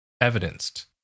evidenced